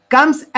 Comes